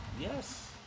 Yes